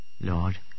Lord